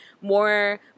more